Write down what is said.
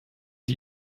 die